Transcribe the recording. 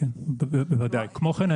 אם הבנתי נכון,